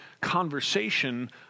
conversation